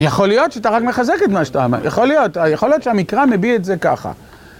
יכול להיות שאתה רק מחזק את מה שאתה אומר... יכול להיות שהמקרא מביע את זה ככה.